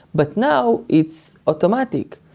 but now it's automatic.